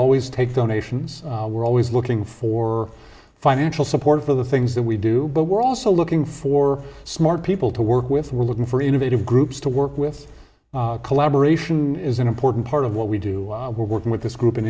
always take donations we're always looking for financial support for the things that we do but we're also looking for smart people to work with we're looking for innovative groups to work with collaboration is an important part of what we do we're working with this group in